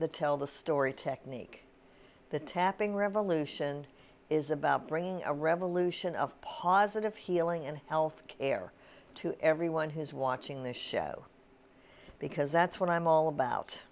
the tell the story technique the tapping revolution is about bringing a revolution of positive healing and health care to everyone who's watching the show because that's what i'm all about